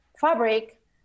fabric